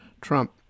Trump